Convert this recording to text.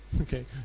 Okay